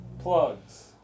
Plugs